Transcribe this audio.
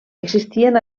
existien